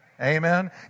Amen